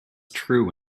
true